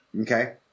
Okay